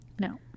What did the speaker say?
No